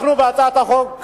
בהצעת החוק ההיא,